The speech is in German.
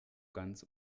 ganz